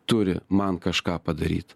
turi man kažką padaryt